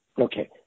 okay